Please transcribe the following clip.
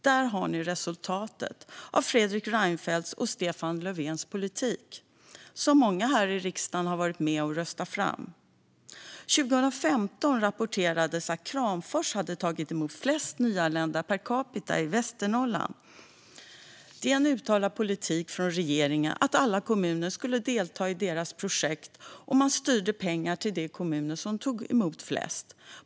Där har ni resultatet av Fredrik Reinfeldts och Stefan Löfvens politik, som många här i riksdagen har varit med om att rösta fram. År 2015 rapporterades att Kramfors hade tagit emot flest nyanlända per capita i Västernorrland. Det var en uttalad politik från regeringen att alla kommuner skulle delta i deras projekt, och man styrde pengar till de kommuner som tog emot flest.